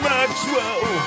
Maxwell